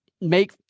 make